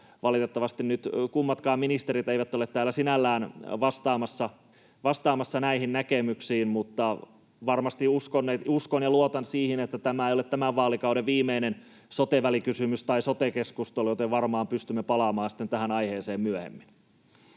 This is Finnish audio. Valitettavasti nyt kummatkaan ministerit eivät ole täällä sinällään vastaamassa näihin näkemyksiin, mutta varmasti uskon ja luotan siihen, että tämä ei ole tämän vaalikauden viimeinen sote-välikysymys tai sote-keskustelu, joten varmaan pystymme palaamaan tähän aiheeseen myöhemmin.